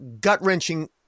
gut-wrenching